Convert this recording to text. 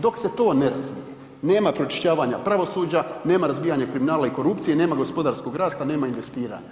Dok se to ne razbije nema pročišćavanja pravosuđa, nema razbijanja kriminala i korupcije, nema gospodarskog rasta, nema investiranja.